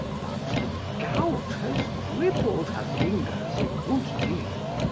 but the gout has crippled her fingers a good deal.